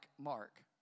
Mark